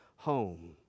home